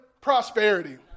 prosperity